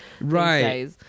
Right